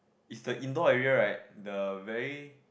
is the indoor area right the very